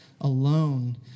alone